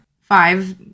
Five